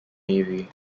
navy